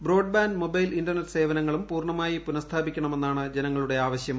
broadband mobile internet സേവനങ്ങളും പൂർണ്ണമായി പുനസ്ഥാപിക്കണമെന്നാണ് ജനങ്ങളുടെ ആവശ്യം